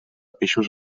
peixos